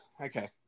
Okay